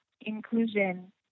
inclusion